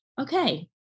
okay